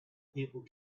people